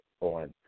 on